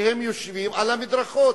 שהם ישנים על המדרכות.